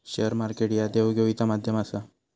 share market ह्या देवघेवीचा माध्यम आसा